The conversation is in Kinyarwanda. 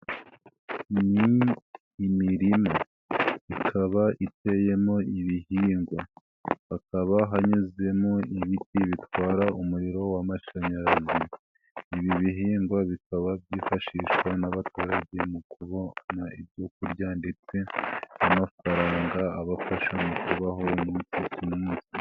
Ni imirima, ikaba iteyemo ibihingwa, hakaba hanyuzemo ibiti bitwara umuriro w'amashanyarazi, ibi bihingwa bikaba byifashishwa n'abaturage mu kubona ibyo kurya ndetse n'amafaranga abafasha mu kubaho umunsi ku munsi.